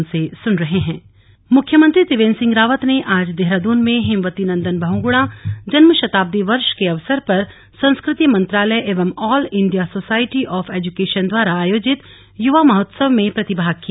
जन्म शताब्दी मुख्यमंत्री त्रिवेन्द्र सिंह रावत ने आज देहरादून में हेमवती नन्दन बहुगुणा जन्म शताब्दी वर्ष के अवसर पर संस्कृति मंत्रालयएवं all India society of education द्वारा आयोजित युवा महोत्सव में प्रतिभाग किया